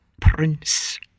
Prince